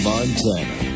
Montana